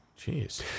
Jeez